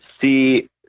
see